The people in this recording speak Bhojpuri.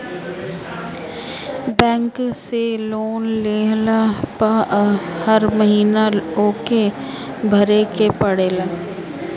बैंक से लोन लेहला पअ हर महिना ओके भरे के पड़ेला